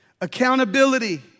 accountability